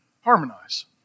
harmonize